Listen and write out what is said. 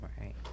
right